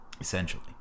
Essentially